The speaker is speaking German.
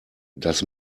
das